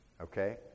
Okay